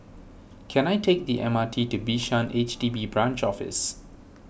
can I take the M R T to Bishan H D B Branch Office